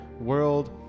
world